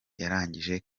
yarangije